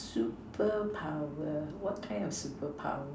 superpower what kind of superpower